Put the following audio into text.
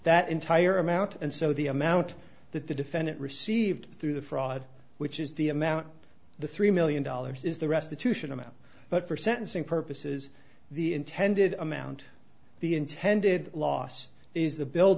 that entire amount and so the amount that the defendant received through the fraud which is the amount of the three million dollars is the restitution amount but for sentencing purposes the intended amount the intended loss